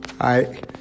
Hi